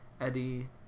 Eddie